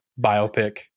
biopic